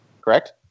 Correct